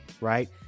right